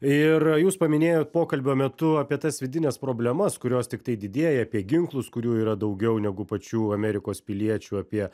ir jūs paminėjot pokalbio metu apie tas vidines problemas kurios tiktai didėja apie ginklus kurių yra daugiau negu pačių amerikos piliečių apie